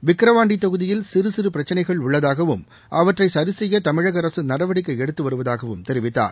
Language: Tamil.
விக்கிரவாண்டி தொகுதியில் சிறு சிறு பிரச்சனைகள் உள்ளதாகவும் அவற்றை சரி செய்ய தமிழக அரசு நடவடிக்கை எடுத்து வருவதாகவும் தெரிவித்தார்